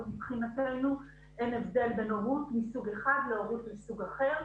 ומבחינתנו אין הבדל בין הורות מסוג אחד להורות מסוג אחר.